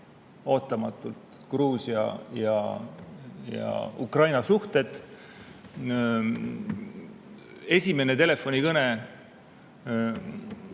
ootamatult Gruusia ja Ukraina suhted. Esimene telefonikõne